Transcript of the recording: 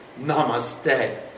namaste